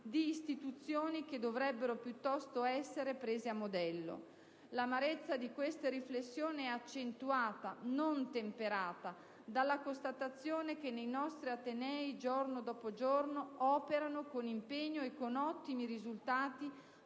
di istituzioni che dovrebbero piuttosto essere prese a modello. L'amarezza di queste riflessioni è accentuata, non temperata, dalla constatazione che nei nostri atenei, giorno dopo giorno, operano con impegno e con ottimi risultati